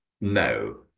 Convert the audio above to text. No